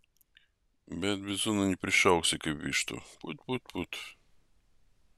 bet bizonų neprišauksi kaip vištų put put put